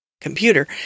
computer